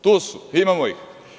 Tu su, imamo ih.